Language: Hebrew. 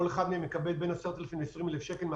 כל אחד מהם יקבל מהוועדה בין 10,000 ל-20,000 שקל.